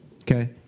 okay